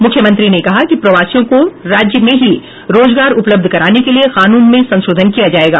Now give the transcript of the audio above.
मुख्यमंत्री ने कहा कि प्रवासियों को राज्य में ही रोजगार उपलब्ध कराने के लिये कानून में संशोधन किया जायेगा